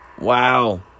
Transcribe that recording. Wow